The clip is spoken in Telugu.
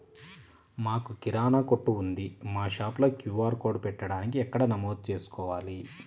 మాకు కిరాణా కొట్టు ఉంది మా షాప్లో క్యూ.ఆర్ కోడ్ పెట్టడానికి ఎక్కడ నమోదు చేసుకోవాలీ?